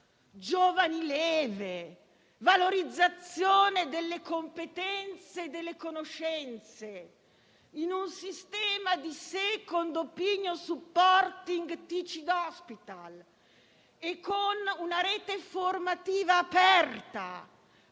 giovani leve, valorizzazione delle competenze e delle conoscenze in un sistema di *second opinion supporting-teaching hospital* e con una rete formativa aperta